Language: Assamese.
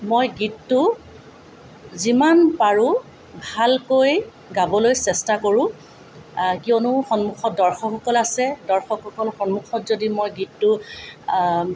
মই গীতটো যিমান পাৰোঁ ভালকৈ গাবলৈ চেষ্টা কৰোঁ কিয়নো সন্মুখত দৰ্শকসকল আছে দৰ্শকসকল সন্মুখত যদি মই গীতটো